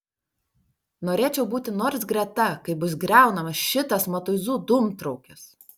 norėčiau būti nors greta kai bus griaunamas šitas matuizų dūmtraukis